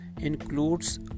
includes